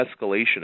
escalation